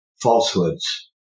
falsehoods